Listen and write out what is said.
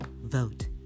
vote